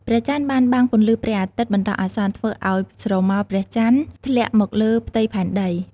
ព្រះចន្ទបានបាំងពន្លឺព្រះអាទិត្យបណ្ដោះអាសន្ន ធ្វើឲ្យស្រមោលព្រះចន្ទធ្លាក់មកលើផ្ទៃផែនដី ។